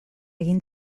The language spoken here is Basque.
egin